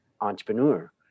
entrepreneur